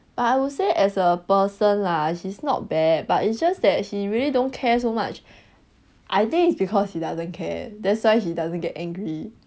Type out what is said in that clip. but I would say as a person lah he's not bad but it's just that he really don't care so much I think it's because he doesn't care that's why he doesn't get angry